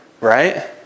Right